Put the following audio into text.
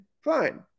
fine